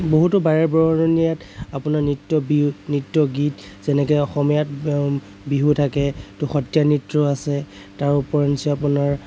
বহুতো বাৰে বৰণীয়া আপোনাৰ নৃত্য বি নৃত্য গীত যেনেকে অসমীয়াত বিহু থাকে ত' সত্ৰীয়া নৃত্য আছে তাৰ ওপৰঞ্চি আপোনাৰ